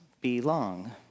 belong